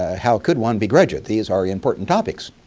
ah how could one begrudge it, these are important topics.